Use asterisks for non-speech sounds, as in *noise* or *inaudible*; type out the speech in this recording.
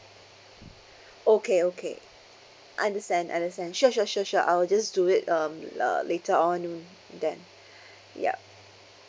okay okay understand understand sure sure sure sure I'll just do it um uh later on then *breath* ya